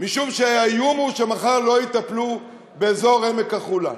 משום שהאיום הוא שמחר לא יטפלו באזור עמק-החולה.